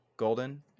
Golden